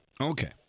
Okay